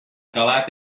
calat